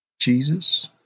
Jesus